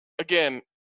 again